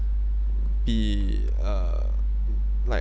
be uh like